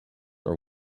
are